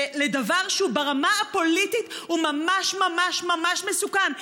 לדבר שברמה הפוליטית הוא ממש ממש ממש ממש מסוכן?